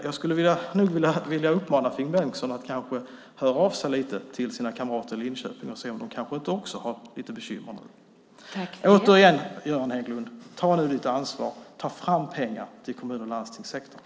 Jag skulle uppmana Finn Bengtsson att kontakta sina kamrater i Linköping och höra om inte de också har lite bekymmer nu. Göran Hägglund, ta ditt ansvar och ta fram pengar till kommun och landstingssektorn!